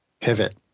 pivot